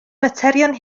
materion